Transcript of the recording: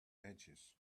edges